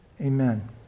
Amen